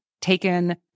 taken